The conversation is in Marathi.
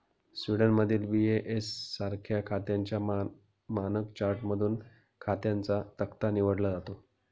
स्वीडनमधील बी.ए.एस सारख्या खात्यांच्या मानक चार्टमधून खात्यांचा तक्ता निवडला जातो